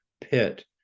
pit